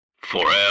forever